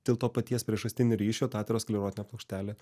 dėl to paties priežastinio ryšio ta aterosklerotinė plokštelė